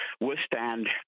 withstand